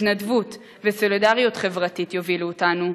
התנדבות וסולידריות חברתית יובילו אותנו,